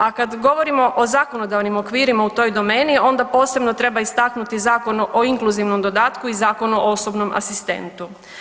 A kad govorimo o zakonodavnim okvirima u toj domeni, onda posebno treba istaknuti Zakon o inkluzivnom dodatku i Zakon o osobnom asistentu.